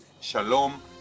shalom